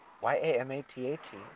Y-A-M-A-T-A-T